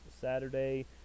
Saturday